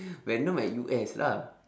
venom at U_S lah